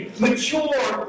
mature